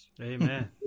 Amen